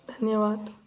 धन्यवाद